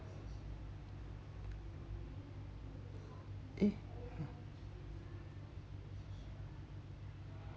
eh